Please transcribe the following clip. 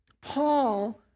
Paul